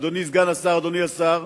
אדוני סגן השר, אדוני השר,